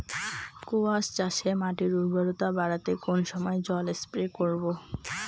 কোয়াস চাষে মাটির উর্বরতা বাড়াতে কোন সময় জল স্প্রে করব?